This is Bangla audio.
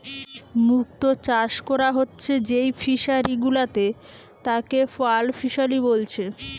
মুক্ত চাষ কোরা হচ্ছে যেই ফিশারি গুলাতে তাকে পার্ল ফিসারী বলছে